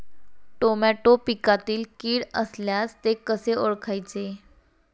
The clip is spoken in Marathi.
टोमॅटो पिकातील कीड असल्यास ते कसे ओळखायचे?